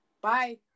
Bye